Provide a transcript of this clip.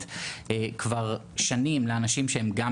כמו הדוגמאות שנתנו כאן קודמיי ושסיפרו